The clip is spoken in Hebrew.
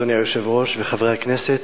אדוני היושב-ראש, חברי הכנסת,